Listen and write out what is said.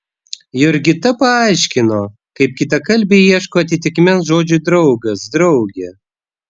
jurgita paaiškino kaip kitakalbiai ieško atitikmens žodžiui draugas draugė